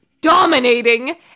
dominating